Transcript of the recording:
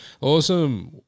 Awesome